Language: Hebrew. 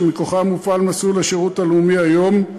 שמכוחן מופעל מסלול השירות הלאומי היום,